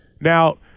Now